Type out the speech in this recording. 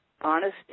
honesty